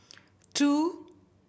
two